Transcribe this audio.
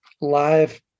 live